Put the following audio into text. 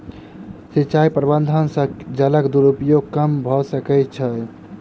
सिचाई प्रबंधन से जलक दुरूपयोग कम भअ सकै छै